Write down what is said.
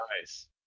Nice